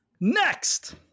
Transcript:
Next